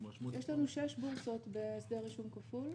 יש לנו שש בורסות בשדה רישום כפול.